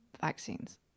vaccines